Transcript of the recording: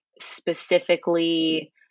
specifically